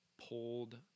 pulled